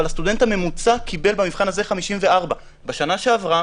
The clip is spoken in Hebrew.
אבל הסטודנט הממוצע קיבל במבחן הזה 54. בשנה שעברה,